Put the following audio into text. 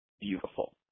beautiful